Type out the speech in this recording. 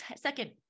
second